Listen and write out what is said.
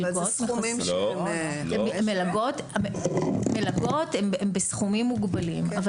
מלגות הם בסכומים מוגבלים.